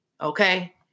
Okay